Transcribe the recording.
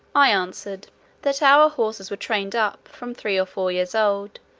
i answered that our horses were trained up, from three or four years old,